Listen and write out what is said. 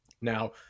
Now